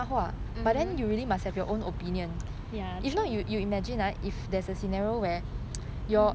mmhmm true